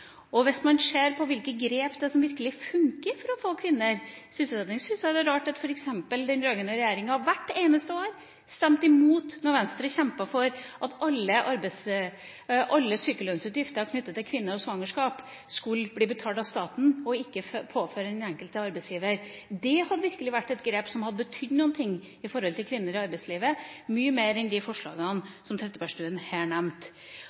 fattigdom. Hvis man ser på hvilke grep som virkelig fungerer for å få kvinner sysselsatt, syns jeg f.eks. det er rart at den rød-grønne regjeringa hvert eneste år stemte imot da Venstre kjempet imot at alle sykelønnsutgifter knyttet til kvinner, og svangerskap skulle bli betalt av staten og ikke bli påført den enkelte arbeidsgiver. Det hadde virkelig vært et grep som hadde betydd noe for kvinner i arbeidslivet – mye mer enn de forslagene som Trettebergstuen her